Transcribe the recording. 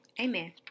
Amen